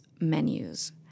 menus